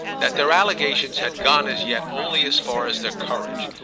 that their allegations had gone as yet only as far as their courage,